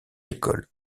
écoles